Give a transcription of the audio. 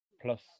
plus